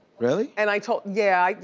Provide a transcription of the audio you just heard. really? and i told, yeah,